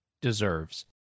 deserves